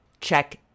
check